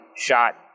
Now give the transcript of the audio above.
shot